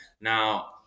Now